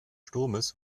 sturmes